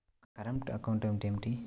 Current account అంటే ఏమిటి?